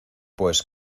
pues